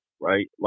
right